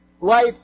life